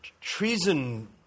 treason